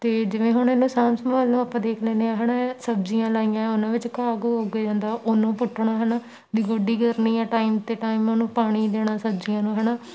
ਅਤੇ ਜਿਵੇਂ ਹੁਣ ਇਹਨੂੰ ਸਾਂਭ ਸੰਭਾਲ ਨੂੰ ਆਪਾਂ ਦੇਖ ਲੈਂਦੇ ਹਾਂ ਹੈ ਨਾ ਸਬਜ਼ੀਆਂ ਲਾਈਆਂ ਉਹਨਾਂ ਵਿੱਚ ਘਾਹ ਘੂਹ ਉੱਗ ਜਾਂਦਾ ਉਹਨੂੰ ਪੁੱਟਣਾ ਹੈ ਨਾ ਵੀ ਗੋਡੀ ਕਰਨੀ ਆ ਟਾਈਮ 'ਤੇ ਟਾਈਮ ਉਹਨੂੰ ਪਾਣੀ ਦੇਣਾ ਸਬਜ਼ੀਆਂ ਨੂੰ ਹੈ ਨਾ